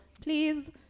please